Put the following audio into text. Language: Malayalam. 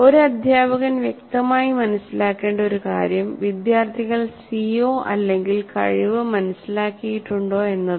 ഒരു അദ്ധ്യാപകൻ വ്യക്തമായി മനസ്സിലാക്കേണ്ട ഒരു കാര്യം വിദ്യാർത്ഥികൾ CO അല്ലെങ്കിൽ കഴിവ് മനസ്സിലാക്കിയിട്ടുണ്ടോ എന്നതാണ്